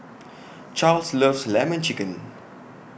Charls loves Lemon Chicken